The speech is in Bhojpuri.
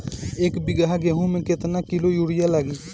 एक बीगहा गेहूं में केतना किलो युरिया लागी?